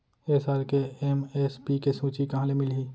ए साल के एम.एस.पी के सूची कहाँ ले मिलही?